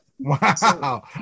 Wow